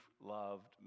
loved